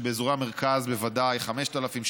ובאזורי המרכז זה בוודאי 5,000,